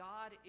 God